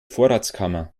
vorratskammer